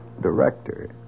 director